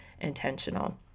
intentional